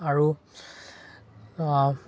আৰু